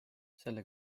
selle